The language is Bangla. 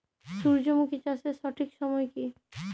সূর্যমুখী চাষের সঠিক সময় কি?